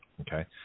okay